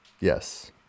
yes